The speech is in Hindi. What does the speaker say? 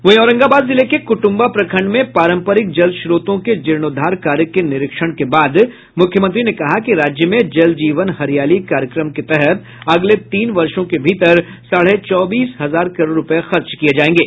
वहीं औरंगाबाद जिले के कुटुम्बा प्रखंड में पारम्परिक जल स्रोतों के जीर्णोद्वार कार्य के निरीक्षण के बाद मुख्यमंत्री ने कहा कि राज्य में जल जीवन हरियाली कार्यक्रम के तहत अगले तीन वर्षो के भीतर साढ़े चौबीस हजार करोड़ रुपये खर्च किये जायेंगे